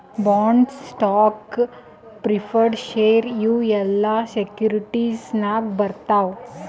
bonds, stocks, preferred share ಇವು ಎಲ್ಲಾ securities ನಾಗೆ ಬರ್ತಾವ್